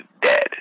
dead